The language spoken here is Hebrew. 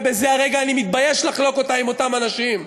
ובזה הרגע אני מתבייש לחלוק אותה עם אותם אנשים,